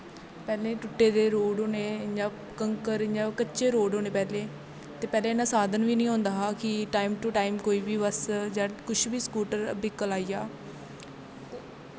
पैह्लें टुट्टे दे रोड़ होने इयां कंकर इयां कच्चे रोड़ होने पैह्लें ते पैह्लैं इन्ना साधन बी नी होंदा हा कि टाईम टू टाईम कोई बी बस जां कोई बी स्कूटर ब्हीकल आई जा